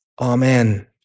Amen